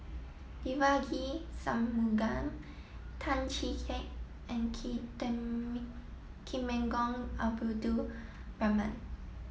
Devagi Sanmugam Tan Chee Teck and Temenggong Abdul Rahman